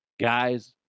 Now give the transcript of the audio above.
Guys